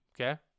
Okay